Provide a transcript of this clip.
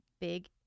big